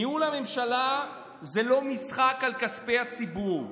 ניהול הממשלה זה לא משחק על כספי הציבור.